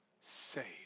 saved